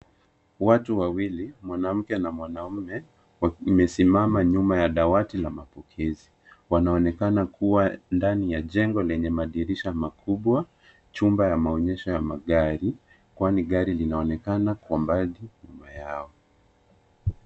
Watu wawili, mwanamke na mwanaume, wamesimama nyuma ya dawati la mapokezi. Wanaonekana kuwa ndani ya jengo lenye madirisha makubwa .Chumba ya maonyesho ya gari kwani gari linaonekana kwa mbali nyuma yao.